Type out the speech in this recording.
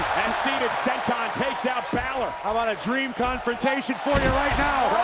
cena cena takes out balor. how about a dream confrontation for you right now.